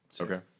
Okay